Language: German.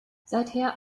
seither